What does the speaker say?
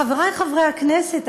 חברי חברי הכנסת,